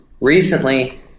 recently